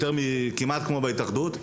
כמעט כמו בהתאחדות,